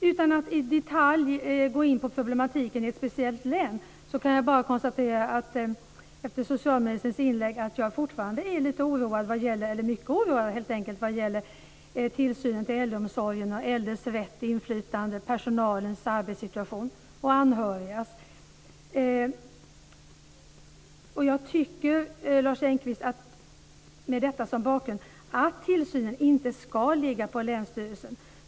Utan att i detalj gå in på problematiken i ett speciellt län kan jag bara efter socialministerns inlägg konstatera att jag fortfarande är mycket oroad vad gäller tillsynen av äldreomsorgen, äldres rätt till inflytande, personalens arbetssituation och anhörigas situation. Med detta som bakgrund tycker jag, Lars Engqvist, att tillsynen inte ska ligga på länsstyrelsen.